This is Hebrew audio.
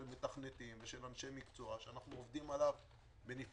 של מתכנתים ושל אנשי מקצוע שאנו עובדים עליו בנפרד,